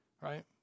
right